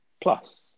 plus